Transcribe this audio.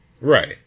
right